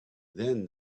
then